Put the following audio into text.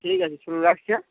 ঠিক আছে রাখছি হ্যাঁ